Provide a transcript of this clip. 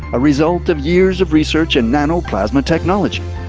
a result of years of research in nano plasma technology.